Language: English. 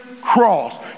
cross